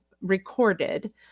recorded